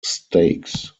stakes